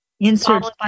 insert